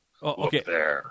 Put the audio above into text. Okay